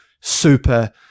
super